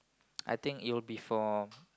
I think it would be for